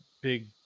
big